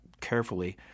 carefully